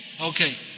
Okay